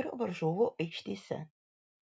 ir varžovų aikštėse